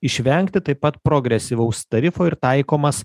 išvengti taip pat progresyvaus tarifo ir taikomas